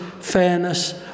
fairness